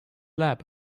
lab